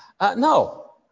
No